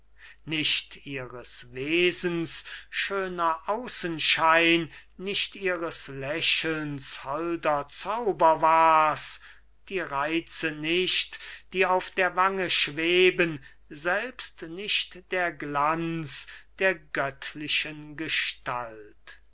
nicht ihres wesens schöner außenschein nicht ihres lächelns holder zauber war's die reize nicht die auf der wange schweben selbst nicht der glanz der göttlichen gestalt es